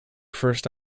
first